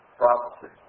prophecy